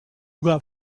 got